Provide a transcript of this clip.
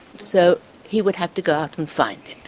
so he would have to go out and find